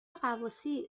غواصی